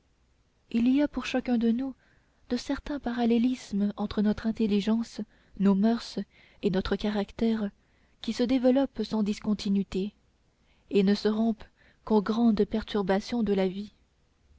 il y a pour chacun de nous de certains parallélismes entre notre intelligence nos moeurs et notre caractère qui se développent sans discontinuité et ne se rompent qu'aux grandes perturbations de la vie